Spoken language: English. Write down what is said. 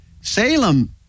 Salem